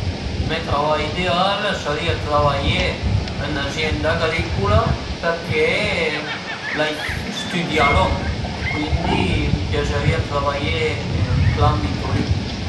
Me travai ideal a sarìa travaié ën azienda agricula përché l'ai stüdià lon e cuindi a m'piazerìa travaié ë chel ambito li